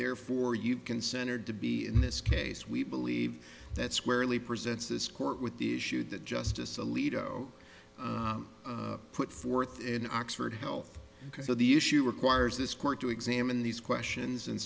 therefore you consented to be in this case we believe that squarely presents this court with the issue that justice alito put forth in oxford health because of the issue requires this court to examine these questions and